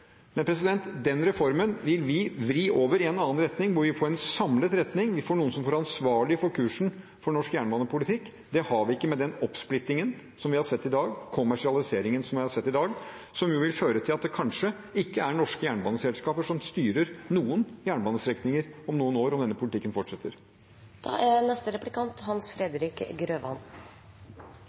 Men den reformen vil vi vri over i en annen retning, hvor vi får en samlet retning, hvor vi får noen som er ansvarlig for kursen for norsk jernbanepolitikk. Det har vi ikke med den oppsplittingen og kommersialiseringen vi har sett i dag, og som vil føre til at det kanskje ikke er norske jernbaneselskaper som styrer noen jernbanestrekninger om noen år, om denne politikken fortsetter. Fordelingsutvalget, ved Statistisk sentralbyrå, har påpekt hvor viktig barnetrygden er